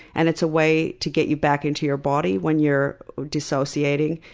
and it's a way to get you back into your body when you're dissociating.